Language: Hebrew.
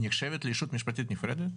היא נחשבת כישות משפטית נפרדת,